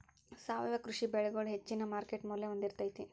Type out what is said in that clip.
ಸಾವಯವ ಕೃಷಿ ಬೆಳಿಗೊಳ ಹೆಚ್ಚಿನ ಮಾರ್ಕೇಟ್ ಮೌಲ್ಯ ಹೊಂದಿರತೈತಿ